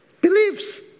beliefs